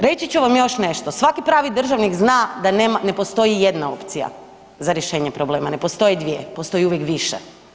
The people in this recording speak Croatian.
Reći ću vam još nešto, svaki pravi državnik zna da ne postoji jedna opcija za rješenje problema, ne postoje dvije, postoji uvijek više.